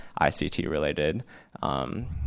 ICT-related